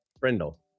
Brindle